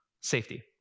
Safety